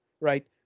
right